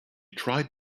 tried